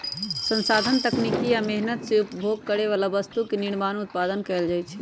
संसाधन तकनीकी आ मेहनत से उपभोग करे बला वस्तु के निर्माण उत्पादन कएल जाइ छइ